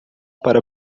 para